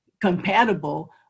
compatible